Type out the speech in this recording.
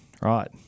right